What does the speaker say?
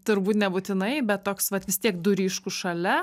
turbūt nebūtinai bet toks vat vis tiek du ryškūs šalia